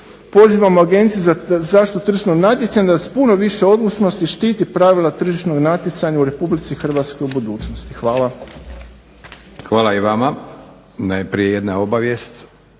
Pozivamo Agenciju za zaštitu tržišnog natjecanja da s puno više odlučnosti štiti pravila tržišnog natjecanja u Republici Hrvatskoj u budućnosti. Hvala. **Šprem, Boris (SDP)** Hvala i vama. Najprije jedna obavijest.